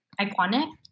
iconic